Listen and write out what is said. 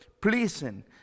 pleasing